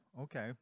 okay